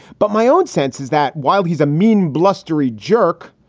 but my own sense is that while he's a mean, blustery jerk.